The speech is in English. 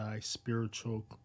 spiritual